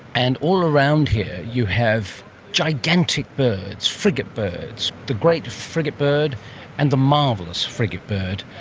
and all around here you have gigantic birds, frigate birds, the great frigate bird and the marvellous frigate bird,